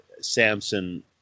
Samson